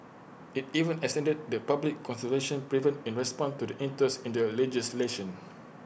IT even extended the public consultation period in response to the interest in the legislation